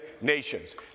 nations